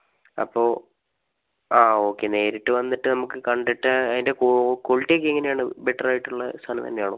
അപ്പോൾ ആ ഓക്കേ നേരിട്ട് വന്നിട്ട് നമുക്ക് കണ്ടിട്ട് അതിന്റെ കോ ക്വാളിറ്റി ഒക്കെ എങ്ങനെയാണ് ബെറ്റർ ആയിട്ടുള്ള സാധനം തന്നെയാണോ